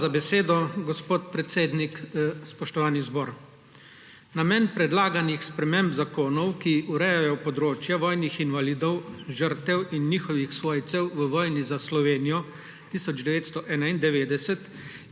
Hvala za besedo, gospod predsednik. Spoštovani zbor! Namen predlaganih sprememb zakonov, ki urejajo področja vojnih invalidov, žrtev in njihovih svojcev v vojni za Slovenijo 1991,